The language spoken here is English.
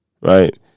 right